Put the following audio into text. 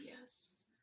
Yes